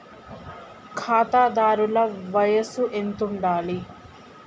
ఖాతాదారుల వయసు ఎంతుండాలి?